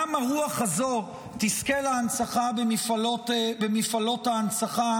גם הרוח הזה תזכה להנצחה במפעלות ההנצחה